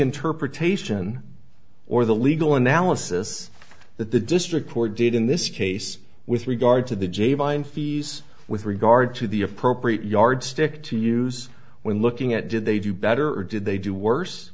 interpretation or the legal analysis that the district court did in this case with regard to the j vine fees with regard to the appropriate yardstick to use when looking at did they do better or did they do worse